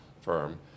firm